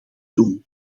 doen